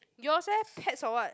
yours eh pets or what